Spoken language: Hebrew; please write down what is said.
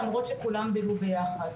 למרות שכולם בילו ביחד.